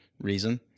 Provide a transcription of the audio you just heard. reason